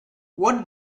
what